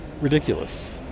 ridiculous